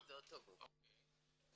אוקיי.